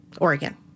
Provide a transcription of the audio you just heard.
Oregon